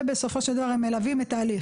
ובסופו של דבר הם מלווים את התהליך.